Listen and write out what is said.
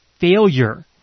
failure